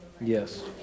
Yes